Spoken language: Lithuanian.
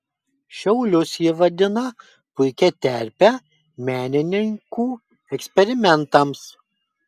šiaulius ji vadina puikia terpe menininkų eksperimentams